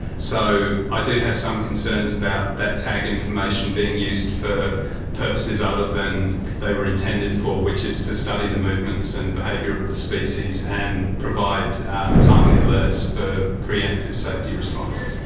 so i do have some concerns about that tag information being used for purposes other than what they were intended for, which is to study the movements and behaviour of the species and provide timely alerts for pre-emptive safety responses.